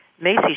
Macy's